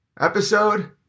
episode